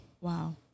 Wow